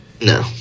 No